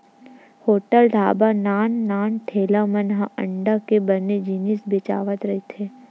hotel, ढ़ाबा, नान नान ठेला मन म अंडा के बने जिनिस बेचावत रहिथे